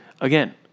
Again